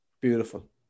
Beautiful